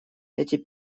эти